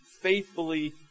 faithfully